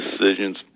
decisions